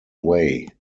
way